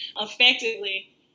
effectively